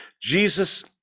Jesus